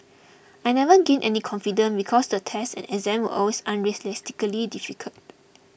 I never gained any confidence because the tests and exams were always unrealistically difficult